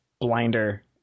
blinder